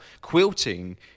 quilting